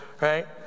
right